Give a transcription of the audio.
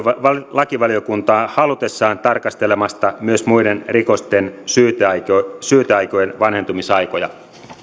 lakivaliokuntaa halutessaan tarkastelemasta myös muiden rikosten syyteaikojen syyteaikojen vanhentumisaikoja